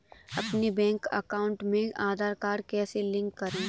अपने bank account में Aadhaar card कैसे लिंक करें?